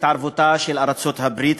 התערבותה של ארצות-הברית,